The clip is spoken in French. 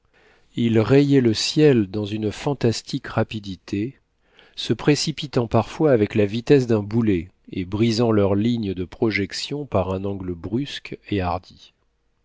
ils rayaient le ciel dans une fantastique rapidité se précipitant parfois avec la vitesse d'un boulet et brisant leur ligne de projection par un angle brusque et hardi